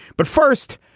but first,